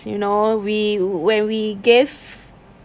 you know we when we gave